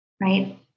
Right